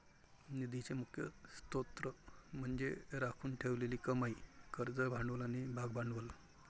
निधीचे मुख्य स्त्रोत म्हणजे राखून ठेवलेली कमाई, कर्ज भांडवल आणि भागभांडवल